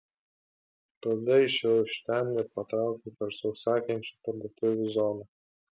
tada išėjau iš ten ir patraukiau per sausakimšą parduotuvių zoną